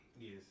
Yes